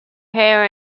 hair